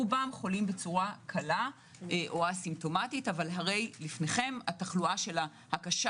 רובם חולים בצורה קלה או א-סיפטומטית אבל הרי לפניכם התחלואה הקשה